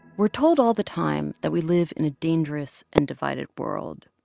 we're told all the time that we live in a dangerous and divided world,